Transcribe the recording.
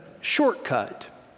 shortcut